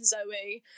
Zoe